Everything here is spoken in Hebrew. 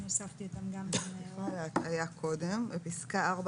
בפסקה (4),